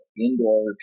indoor